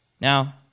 Now